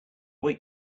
wait